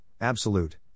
absolute